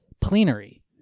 plenary